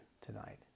tonight